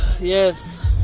Yes